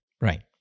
Right